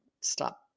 stop